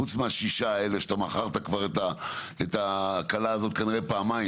חוץ מהשישה האלה שאתה מכרת כבר את הכלה הזאת כנראה פעמיים,